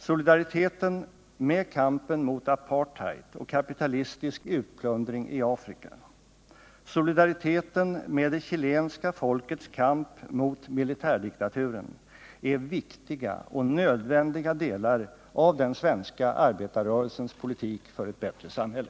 Solidariteten med kampen mot apartheid och kapitalistisk utplundring i Afrika, solidariteten med det chilenska folkets kamp mot militärdiktaturen är viktiga och nödvändiga delar av den svenska arbetarrörelsens politik för ett bättre samhälle.